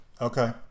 okay